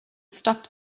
stop